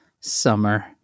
summer